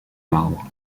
marbre